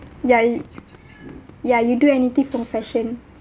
ya it ya you do anything for fashion